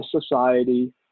society